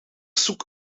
zoek